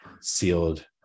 sealed